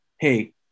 hey